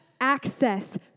access